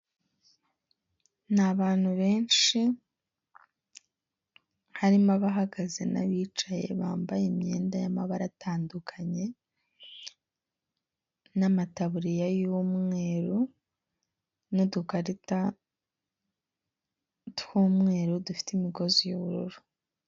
N'abantu benshi harimo abahagaze n'abicaye bambaye imyenda y'amabara atandukanye n'amataburiya yumweru nudukarita tw'umweru dufite imigozi yubururu.